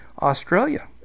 Australia